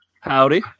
Howdy